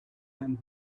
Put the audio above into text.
and